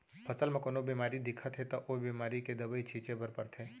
फसल म कोनो बेमारी दिखत हे त ओ बेमारी के दवई छिंचे बर परथे